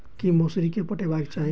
की मौसरी केँ पटेबाक चाहि?